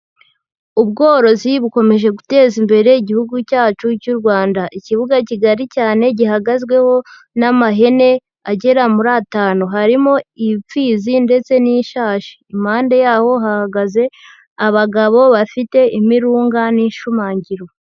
Ubworozi bukomeje guteza imbere igihugu cyacu cy'u Rwanda. Ikibuga kigari cyane gihagazweho n'amahene agera muri atanu, harimo imfizi, ndetse n'ishashi, impande yaho hahagaze abagabo, bafite imirunga n'ishumangiro.